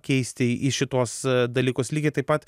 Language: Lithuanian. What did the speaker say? keisti į šituos dalykus lygiai taip pat